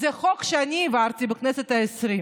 זה חוק שאני העברתי בכנסת העשרים,